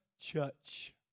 church